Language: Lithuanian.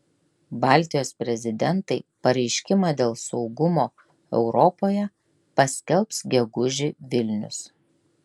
baltijos prezidentai pareiškimą dėl saugumo europoje paskelbs gegužį vilnius